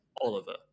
Oliver